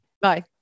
Bye